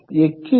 எஃகுகிற்கு 0